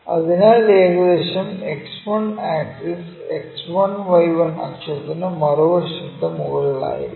അതിനാൽ ഏകദേശം X1 axis X1Y1 അക്ഷത്തിന് മറുവശത്ത് മുകളിലായിരിക്കും